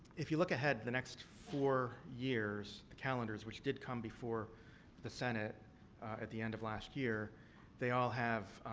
if you look ahead to the next four years, the calendars which did come before the senate at the end of last year they all have